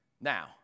Now